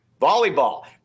Volleyball